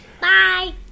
bye